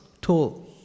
tall